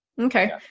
Okay